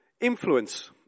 influence